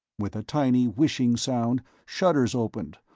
with a tiny whishing sound, shutters opened,